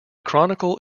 chronicle